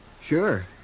Sure